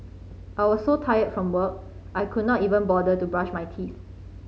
I was so tired from work I could not even bother to brush my teeth